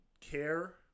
care